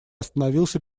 остановился